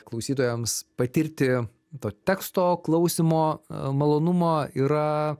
klausytojams patirti to teksto klausymo malonumo yra